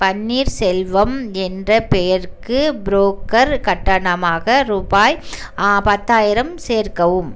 பன்னீர்செல்வம் என்ற பெயருக்கு புரோக்கர் கட்டணமாக ரூபாய் பத்தாயிரம் சேர்க்கவும்